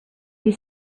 you